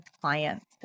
clients